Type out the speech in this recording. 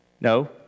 No